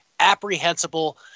apprehensible